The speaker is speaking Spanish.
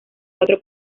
cuatro